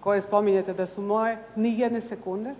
koje spominjete da su moje, ni jedne sekunde,